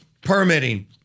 permitting